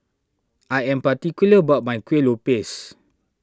I am particular about my Kueh Lopes